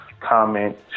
comment